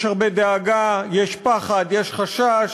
יש הרבה דאגה, יש פחד, יש חשש,